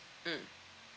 mm